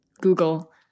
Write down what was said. Google